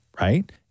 Right